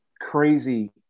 crazy